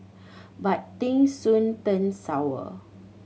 but things soon turned sour